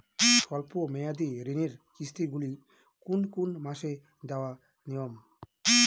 স্বল্প মেয়াদি ঋণের কিস্তি গুলি কোন কোন মাসে দেওয়া নিয়ম?